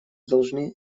должны